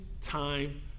time